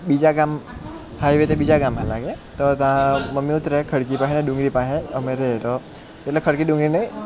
બીજા ગામ હાઇવે તે બીજા ગામમાં લાગે તો ત્યાં મમ્મી ઉતરે ખડકી પાસેને ડુંગરી પાસે અમે રહીએ તો એટલે ખડકી ડુંગરીની